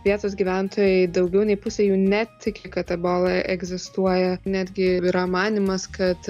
vietos gyventojai daugiau nei pusė jų netiki kad ebola egzistuoja netgi yra manymas kad